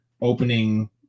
opening